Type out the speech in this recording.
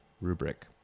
rubric